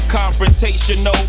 confrontational